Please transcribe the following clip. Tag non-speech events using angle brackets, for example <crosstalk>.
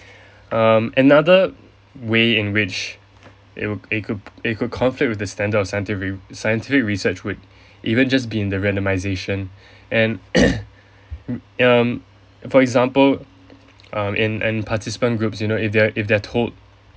<breath> um another way in which it w~ it could it could conflict with the standard of the scienti~ scientific research would <breath> even just be in the randomization <breath> and <coughs> um for example <noise> um in an participant groups you know if they're if they're told